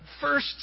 first